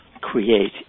create